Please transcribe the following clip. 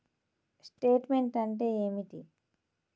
Statement అంటే ఏమిటి?